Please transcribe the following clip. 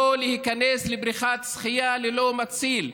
לא להיכנס לבריכת שחייה ללא מציל,